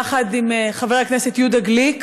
יחד עם חבר הכנסת יהודה גליק,